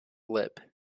lippe